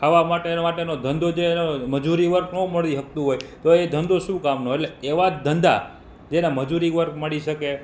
ખાવા માટેનો માટેનો ધંધો જે મજૂરી વર્ક ન મળી શકતું હોય તો એ ધંધો શું કામનો એટલે એવા જ ધંધા જેને મજૂરી વર્ગ મળી શકે